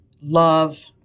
love